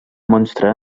monstre